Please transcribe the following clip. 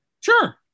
Sure